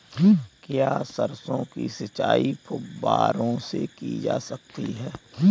क्या सरसों की सिंचाई फुब्बारों से की जा सकती है?